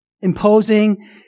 imposing